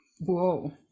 Whoa